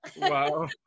Wow